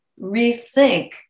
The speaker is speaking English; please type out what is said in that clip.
rethink